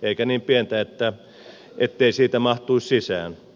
eikä niin pientä ettei siitä mahtuis sisään